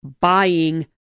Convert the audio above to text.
buying